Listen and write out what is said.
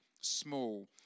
small